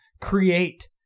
create